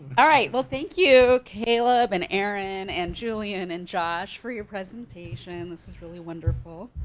all right, well thank you caleb and erin and julianne and josh for your presentation this is really wonderful.